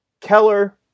Keller